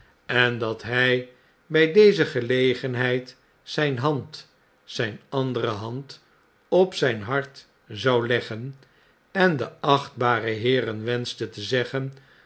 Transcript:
en dat hy by deze gelegenheid zjn hand zyn andere hand op zyn hart zou leggen en de achtbare heeren wenschte te zeggen